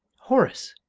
horace!